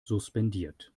suspendiert